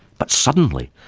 but suddenly,